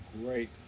great